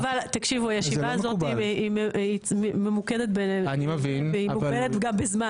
חבל, הישיבה הזאת ממוקדת והיא מוגבלת גם בזמן.